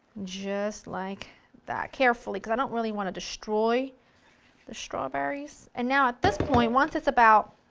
just like that. carefully, because i don't really want to destroy the strawberries. and now at this point, once it's about